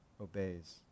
obeys